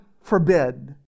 forbid